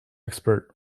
expert